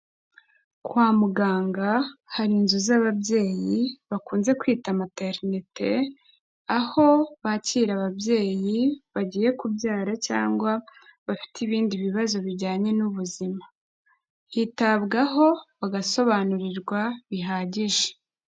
Kwa muganga hari inzu z'ababyeyi bakunze kwita materinite aho bakira ababyeyi bagiye kubyara cyangwa bafite ibindi bibazo bijyanye n'ubuzima, hitabwaho bagasobanurirwa bihagije.